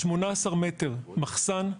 18 מטרים מחסן,